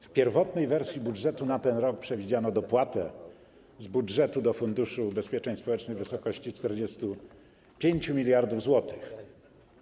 W pierwotnej wersji budżetu na ten rok przewidziano dopłatę z budżetu do Funduszu Ubezpieczeń Społecznych w wysokości 45 mld zł.